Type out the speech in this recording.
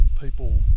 people